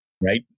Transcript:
right